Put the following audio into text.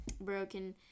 broken